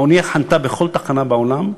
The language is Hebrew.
האונייה חנתה בכל תחנה בעולם,